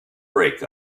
break